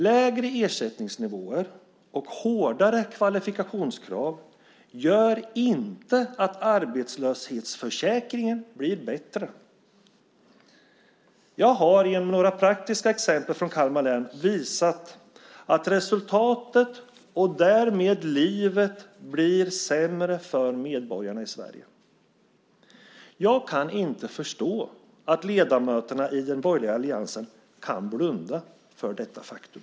Lägre ersättningsnivåer och hårdare kvalifikationskrav gör inte att arbetslöshetsförsäkringen blir bättre. Jag har genom några praktiska exempel från Kalmar län visat att resultatet och därmed livet blir sämre för medborgarna i Sverige. Jag kan inte förstå att ledamöterna i den borgerliga alliansen kan blunda för detta faktum.